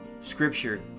Scripture